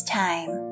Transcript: time